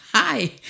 Hi